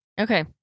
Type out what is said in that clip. okay